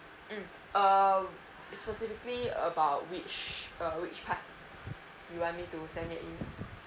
mm uh specifically about which uh which part you want me to send your email